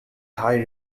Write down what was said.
thai